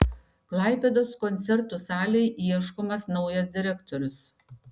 klaipėdos koncertų salei ieškomas naujas direktorius